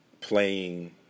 playing